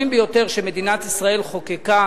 החשובים ביותר שמדינת ישראל חוקקה,